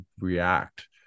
react